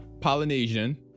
Polynesian